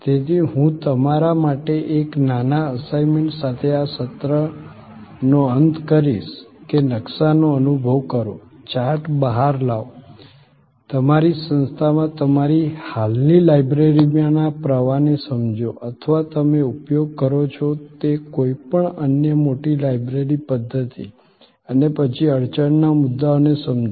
તેથી હું તમારા માટે એક નાના અસાઇમેન્ટ સાથે આ સત્રનો અંત કરીશ કે નકશાનો અનુભવ કરો ચાર્ટ બહાર લાવો તમારી સંસ્થામાં તમારી હાલની લાઇબ્રેરીમાંના પ્રવાહને સમજો અથવા તમે ઉપયોગ કરો છો તે કોઈપણ અન્ય મોટી લાઇબ્રેરી પધ્ધતિ અને પછી અડચણના મુદ્દાઓને સમજો